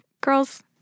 Girls